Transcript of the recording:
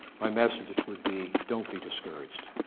my message would be don't be discouraged.